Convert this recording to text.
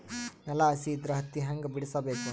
ನೆಲ ಹಸಿ ಇದ್ರ ಹತ್ತಿ ಹ್ಯಾಂಗ ಬಿಡಿಸಬೇಕು?